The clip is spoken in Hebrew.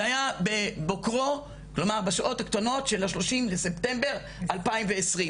זה היה בשעות הקטנות של ה-30 בספטמבר 2020,